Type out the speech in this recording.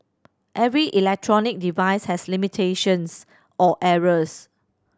every electronic device has limitations or errors